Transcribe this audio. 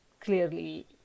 clearly